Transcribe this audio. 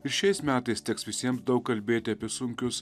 ir šiais metais teks visiem daug kalbėti apie sunkius